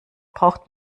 braucht